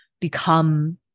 become